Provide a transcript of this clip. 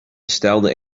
stelde